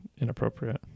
inappropriate